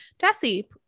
Jesse